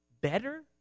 better